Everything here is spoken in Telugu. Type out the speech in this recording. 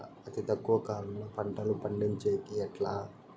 అతి తక్కువ కాలంలో పంటలు పండించేకి ఎట్లా?